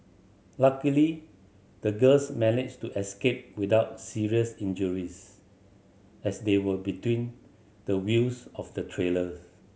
luckily the girls managed to escape without serious injuries as they were between the wheels of the trailers